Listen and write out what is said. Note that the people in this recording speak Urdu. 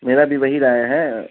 میرا بھی وہی رہا ہیں